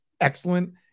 excellent